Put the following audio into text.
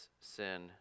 sin